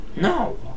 No